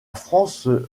france